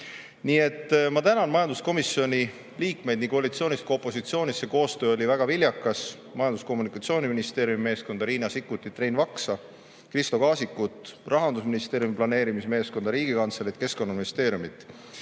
Nii et ma tänan majanduskomisjoni liikmeid nii koalitsioonist kui ka opositsioonist – see koostöö oli väga viljakas –, Majandus‑ ja Kommunikatsiooniministeeriumi meeskonda – Riina Sikkutit, Rein Vaksa, Kristo Kaasikut –, Rahandusministeeriumi planeerimismeeskonda, Riigikantseleid ja Keskkonnaministeeriumit.